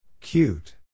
Cute